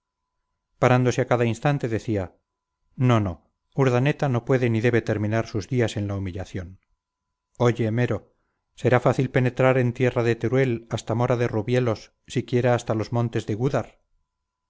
parándose a cada instante decía no no urdaneta no puede ni debe terminar sus días en la humillación oye mero será fácil penetrar en tierra de teruel hasta mora de rubielos siquiera hasta los montes de gúdar